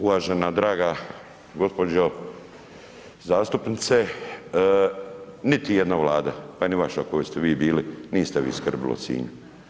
Uvažena draga gospođo zastupnice niti jedna vlada pa ni vaša u kojoj ste vi bili niste vi skrbili o Sinju.